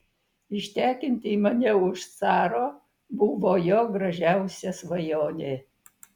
ištekinti mane už caro buvo jo gražiausia svajonė